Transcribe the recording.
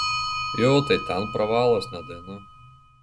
jo tai ten pravalas ne daina